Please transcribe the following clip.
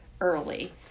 early